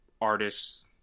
artists